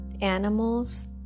animals